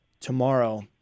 tomorrow